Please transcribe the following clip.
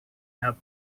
have